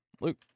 Luke